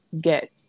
get